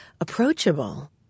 approachable